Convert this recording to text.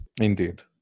indeed